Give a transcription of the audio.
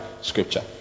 scripture